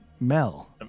Mel